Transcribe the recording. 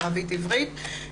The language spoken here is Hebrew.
ערבית ועברית.